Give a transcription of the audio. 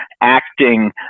acting